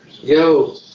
yo